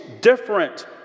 different